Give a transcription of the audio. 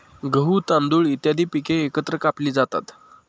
गहू, तांदूळ इत्यादी पिके एकत्र कापली जातात